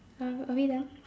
um are we done